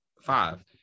Five